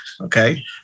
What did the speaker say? Okay